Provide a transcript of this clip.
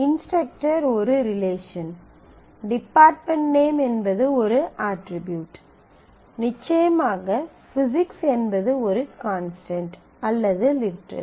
instructor ஒரு relation department name என்பது ஒரு அட்ரிபியூட் நிச்சயமாக பிசிக்ஸ் என்பது ஒரு கான்ஸ்டன்ட் அல்லது லிட்ரல்